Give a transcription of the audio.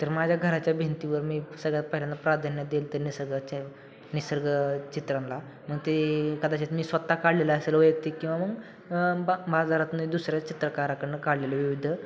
तर माझ्या घराच्या भिंतीवर मी सगळ्यात पहिल्यांदा प्राधान्य दिलं होतं निसर्गाच्या निसर्ग चित्राला म ते कदाचित मी स्वत काढलेलं असेल वैयक्तिक किंवा मग बा बाजारातून दुसऱ्या चित्रकाराकडून काढलेलं विविध